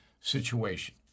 situation